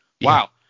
Wow